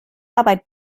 arbeit